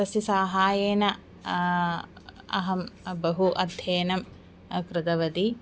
तस्य सहायेन अहं बहु अध्ययनं कृतवती